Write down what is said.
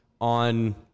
on